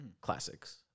classics